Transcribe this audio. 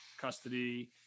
custody